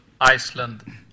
Iceland